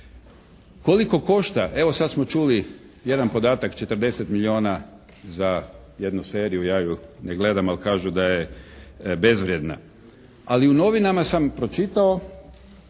Koliko košta evo, sad smo čuli jedan podatak 40 milijuna za jednu seriju, ja ju ne gledam al' kažu da je bezvrijedna. Ali u novinama sam pročitao,